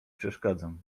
przeszkadzam